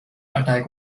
attack